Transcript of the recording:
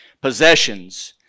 possessions